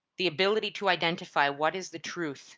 the ability to identify what is the truth